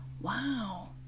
wow